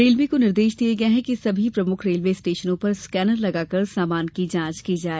railway को निर्देश दिये गये कि सभी प्रमुख रेलवे स्टेशनों पर स्कैनर लगाकर सामान की जाँच की जाये